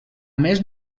més